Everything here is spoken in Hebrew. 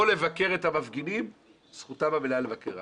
בלתי חוקי להתקהל מתחת לבתי מגורים בשעה 24:00 בלילה בלי רישיון,